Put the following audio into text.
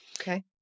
Okay